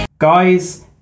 Guys